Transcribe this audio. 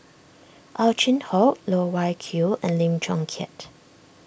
Ow Chin Hock Loh Wai Kiew and Lim Chong Keat